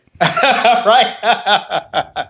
Right